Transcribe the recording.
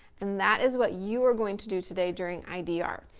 and that is what you are going to do today during idr.